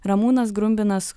ramūnas grumbinas